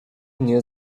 nie